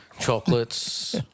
chocolates